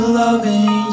loving